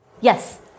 Yes